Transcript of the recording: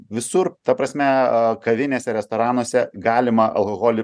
visur ta prasme kavinėse restoranuose galima alkoholį